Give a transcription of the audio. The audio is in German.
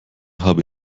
habe